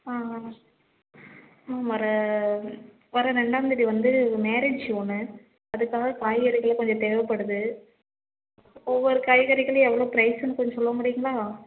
ஆ ஆ மேம் வர்ற வர்ற ரெண்டாந்தேதி வந்து மேரேஜ் ஒன்று அதுக்காக காய்கறிகள்லாம் கொஞ்சம் தேவைப்படுது ஒவ்வொரு காய்கறிகளும் எவ்வளோ பிரைஸுன்னு கொஞ்சம் சொல்ல முடியுமா